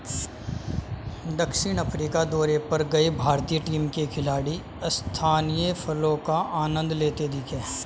दक्षिण अफ्रीका दौरे पर गए भारतीय टीम के खिलाड़ी स्थानीय फलों का आनंद लेते दिखे